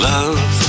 Love